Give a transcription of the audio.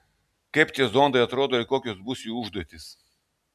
kaip tie zondai atrodo ir kokios bus jų užduotys